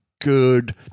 good